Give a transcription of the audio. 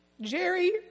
Jerry